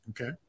Okay